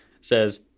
says